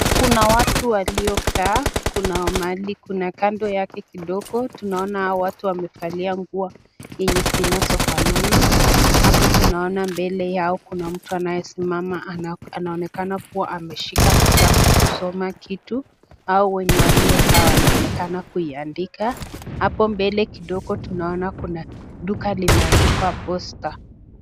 Kuna watu waliokaa, kuna mahali kuna kando yake kidogo tunaona hawa watu wamevalia nguo enye zinazofanana, hapo tunaona mbele yao kuna mtu anayesimama anaonekana kuwa ameshika kitabu kusoma kitu, au wenye waliokaa wanaonekana kuiandika, hapo mbele kidogo tunaona kuna duka limeandikwa posta.